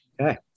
Okay